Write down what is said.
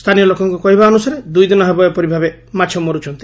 ସ୍ଥାନୀୟ ଲୋକଙ୍କ କହିବା ଅନୁସାରେ ଦୁଇ ଦିନ ହେବ ଏପରି ଭାବେ ମାଛ ମରୁଛନ୍ତି